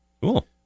Cool